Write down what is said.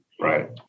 Right